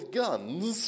guns